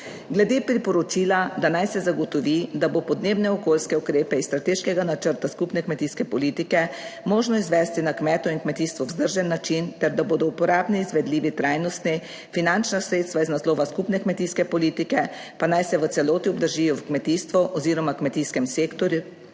Glede priporočila, da naj se zagotovi, da bo podnebne okoljske ukrepe iz strateškega načrta skupne kmetijske politike možno izvesti na kmetu in kmetijstvu vzdržen način ter da bodo uporabni, izvedljivi, trajnostni, finančna sredstva iz naslova skupne kmetijske politike pa naj se v celoti obdržijo v kmetijstvu oziroma kmetijskem sektorju,